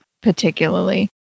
particularly